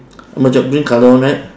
macam green colour one right